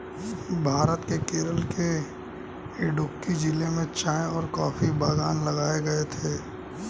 भारत के केरल के इडुक्की जिले में चाय और कॉफी बागान लगाए गए थे